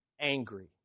Angry